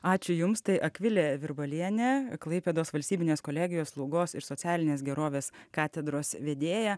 ačiū jums tai akvilė virbalienė klaipėdos valstybinės kolegijos slaugos ir socialinės gerovės katedros vedėja